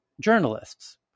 Journalists